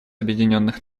объединенных